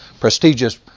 prestigious